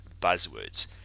buzzwords